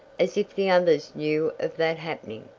as if the others knew of that happening.